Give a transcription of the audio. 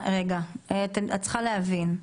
את צריכה להבין,